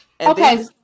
Okay